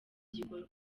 gikorwa